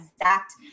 exact